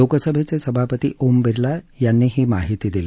लोकसभेचे सभापती ओम बिर्ला यांनी ही माहिती दिली